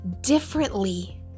differently